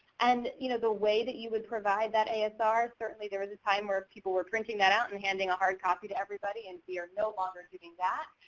and you know the way that you would provide that asr certainly there is a time where people were printing that out and handing a hard copy to everybody. and we are no longer doing that.